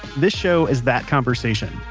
this show is that conversation.